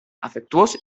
afectuós